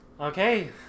Okay